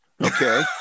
Okay